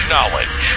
Knowledge